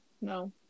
No